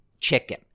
chicken